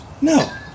No